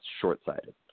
short-sighted